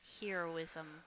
heroism